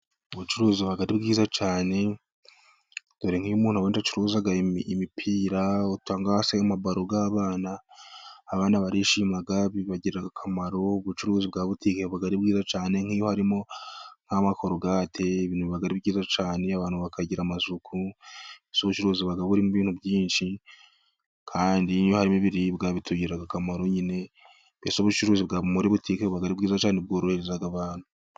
Ubucuruzi buba ari bwiza cyane. Dore nk'iyo umuntu wenda acuruza imipira cyangwa se amabalo y'abana, abana barishima, bibagirira akamaro. Ubucuruzi buba ari bwiza cyane nk'iyo harimo nk'amokorogate, ibintu biba ari byiza cyane, abantu bakagira amasuku. Mbese ubucuruzi bubamo ibintu byinshi, kandi iyo harimo ibiribwa bitugirira akamaro nyine. Mbese ubucuruzi muri butike buba ari bwiza, bworohereza abantu.